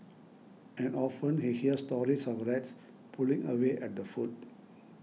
and often he hear stories of rats pulling away at the food